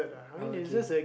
uh okay okay